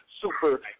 Super